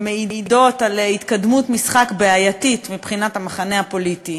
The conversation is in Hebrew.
שמעידות על התקדמות משחק בעייתית מבחינת המחנה הפוליטי